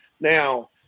Now